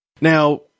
Now